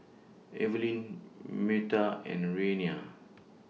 Evelin Meta and Reanna